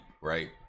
right